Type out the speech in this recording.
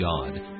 God